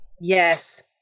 Yes